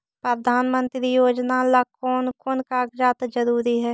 प्रधानमंत्री योजना ला कोन कोन कागजात जरूरी है?